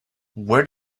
where